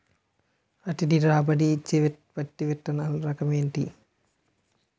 అధిక రాబడి ఇచ్చే పత్తి విత్తనములు రకం ఏంటి?